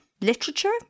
literature